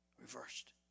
Reversed